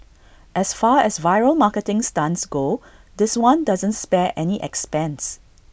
as far as viral marketing stunts go this one doesn't spare any expense